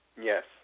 Yes